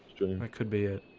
that could be it